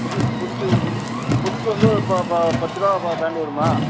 புதுசு புதுசு புதுசு புதுசு வந்து ஒரு பத்து ரூபா தாண்டி வருமா